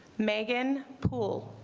megan poole